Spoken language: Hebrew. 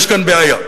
יש כאן בעיה.